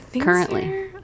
currently